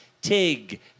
Tig